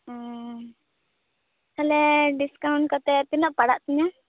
ᱛᱟᱦᱚᱞᱮ ᱰᱤᱥᱠᱟᱣᱩᱱᱴ ᱠᱟᱛᱮ ᱛᱤᱱᱟᱹᱜ ᱯᱟᱲᱟᱜ ᱛᱤᱧᱟ